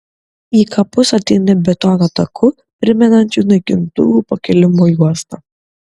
į kapus ateini betono taku primenančiu naikintuvų pakilimo juostą